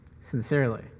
sincerely